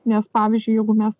nes pavyzdžiui jeigu mes